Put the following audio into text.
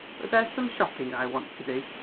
but there's some shopping i want to do,